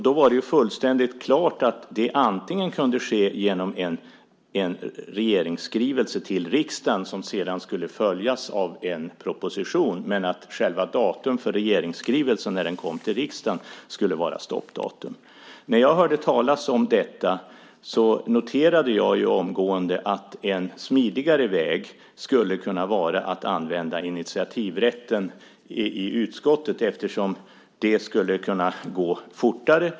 Det var fullständigt klart att det kunde ske genom en regeringsskrivelse till riksdagen som sedan skulle följas av en proposition men att själva datumet för när regeringsskrivelsen kom till riksdagen skulle vara stoppdatum. När jag hörde talas om detta noterade jag omgående att en smidigare väg skulle kunna vara att använda initiativrätten i utskottet, eftersom det skulle kunna gå fortare.